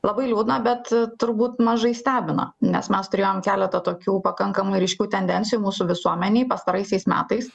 labai liūdna bet turbūt mažai stebina nes mes turėjom keletą tokių pakankamai ryškių tendencijų mūsų visuomenėj pastaraisiais metais